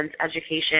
education